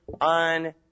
on